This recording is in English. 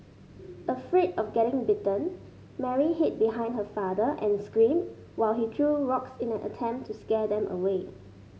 afraid of getting bitten Mary hid behind her father and screamed while he threw rocks in an attempt to scare them away